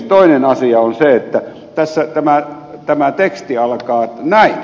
toinen asia on se että tämä teksti alkaa näin